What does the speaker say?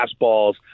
fastballs